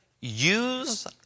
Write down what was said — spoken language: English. use